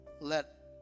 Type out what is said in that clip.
Let